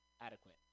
adequate